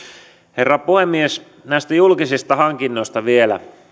herra puhemies näistä julkisista hankinnoista vielä